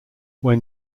when